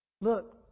Look